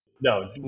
No